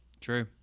True